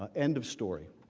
ah end of story.